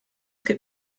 gibt